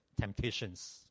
temptations